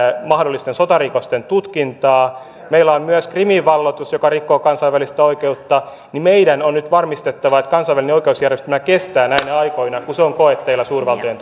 mahdollisten sotarikosten tutkintaa meillä on myös krimin valloitus joka rikkoo kansainvälistä oikeutta ja meidän on nyt varmistettava että kansainvälinen oikeusjärjestelmä kestää näinä aikoina kun se on koetteilla suurvaltojen